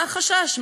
מה החשש?